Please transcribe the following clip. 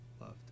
loved